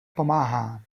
pomáhá